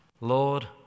Lord